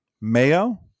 Mayo